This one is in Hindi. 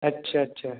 अच्छा अच्छा